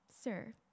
sir